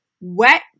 wet